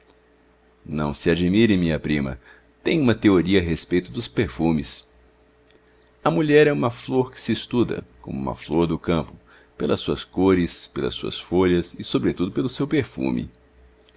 não se admire minha prima tenho uma teoria a respeito dos perfumes a mulher é uma ílor que se estuda como a flor do campo pelas suas cores pelas suas folhas e sobretudo pelo seu perfume